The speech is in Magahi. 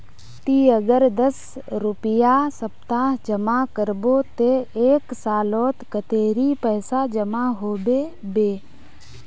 ती अगर दस रुपया सप्ताह जमा करबो ते एक सालोत कतेरी पैसा जमा होबे बे?